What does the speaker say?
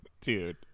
Dude